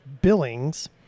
billings